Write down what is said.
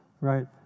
Right